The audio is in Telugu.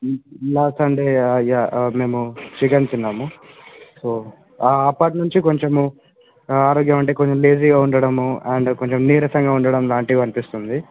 లా లాస్ట్ సండే యా మేము చికెన్ తిన్నాము సో అప్పట్నుంచి కొంచెము ఆరోగ్యమంటే కొంచెం లేజీగా ఉండడము అండ్ కొంచెం నీరసంగా ఉండడం లాంటివి అనిపిస్తుంది